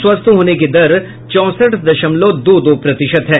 स्वस्थ होने की दर चौंसठ दशमल दो दो प्रतिशत है